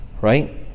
right